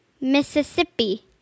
Mississippi